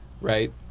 right